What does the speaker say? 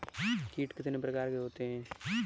कीट कितने प्रकार के होते हैं?